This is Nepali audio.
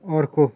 अर्को